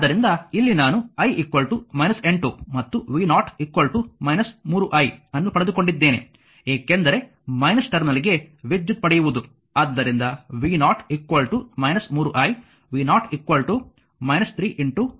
ಆದ್ದರಿಂದ ಇಲ್ಲಿ ನಾನು i 8 ಮತ್ತು v0 3i ಅನ್ನು ಪಡೆದುಕೊಂಡಿದ್ದೇನೆ ಏಕೆಂದರೆ ಟರ್ಮಿನಲ್ಗೆ ವಿದ್ಯುತ್ ಪಡೆಯುವುದು ಆದ್ದರಿಂದ v0 3i